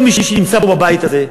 כל מי שנמצא פה בבית הזה,